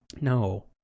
No